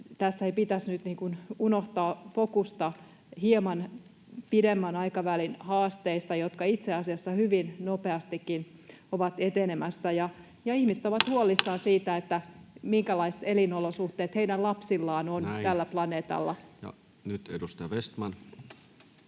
tässä ei pitäisi nyt unohtaa fokusta hieman pidemmän aikavälin haasteista, jotka itse asiassa hyvinkin nopeasti ovat etenemässä. Ihmiset ovat huolissaan siitä, minkälaiset elinolosuhteet heidän lapsillaan on tällä planeetalla. [Speech